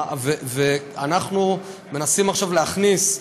ואנחנו מנסים עכשיו להכניס,